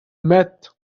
met